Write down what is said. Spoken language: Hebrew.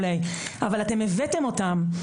נערות,